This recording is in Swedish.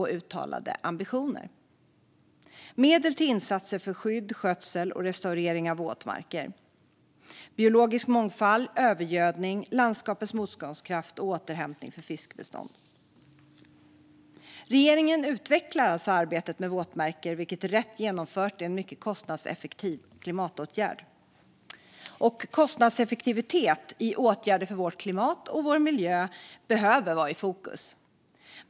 Här finns medel till insatser för skydd, skötsel och restaurering av våtmarker, biologisk mångfald, landskapets motståndskraft, återhämtning för fiskbestånd och mot övergödning. Regeringen utvecklar alltså arbetet med våtmarker, vilket rätt genomfört är en mycket kostnadseffektiv klimatåtgärd. Kostnadseffektivitet i åtgärder för vårt klimat och för vår miljö behöver vara i fokus.